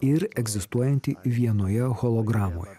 ir egzistuojantį vienoje hologramoje